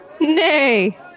Nay